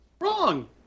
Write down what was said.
Wrong